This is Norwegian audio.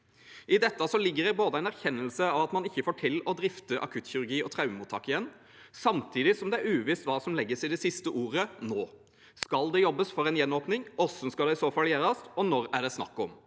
I dette ligger det en erkjennelse av at man ikke får til å drifte akuttkirurgi og traumemottak igjen, samtidig som det er uvisst hva som legges i det siste ordet – «nå». Skal det jobbes for en gjenåpning? Hvordan skal det i så fall gjøres, og når er det snakk om?